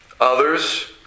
Others